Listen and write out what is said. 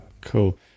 Cool